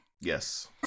Yes